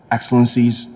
Excellencies